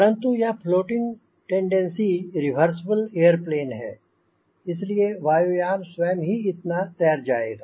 परंतु यह floating tendency reversible air plane है इसलिए वायु यान स्वयं ही इतना तैर जाएगा